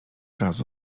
razu